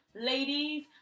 ladies